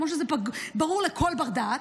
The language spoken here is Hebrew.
כמו שברור לכל בר-דעת,